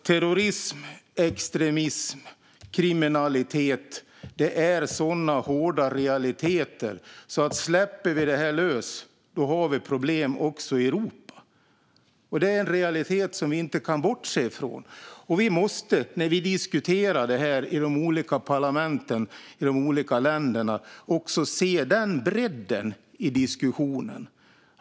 Terrorism, extremism och kriminalitet är så hårda realiteter så att om dessa släpps lösa blir det problem också i Europa. Det är en realitet vi inte kan bortse från. När vi diskuterar dessa frågor i parlament i olika länder måste den bredden finnas med i diskussionen.